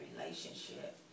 relationship